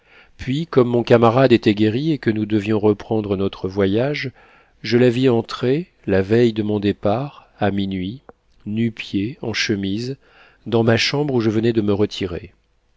puis comme mon camarade était guéri et que nous devions reprendre notre voyage je la vis entrer la veille de mon départ à minuit nu-pieds en chemise dans ma chambre où je venais de me retirer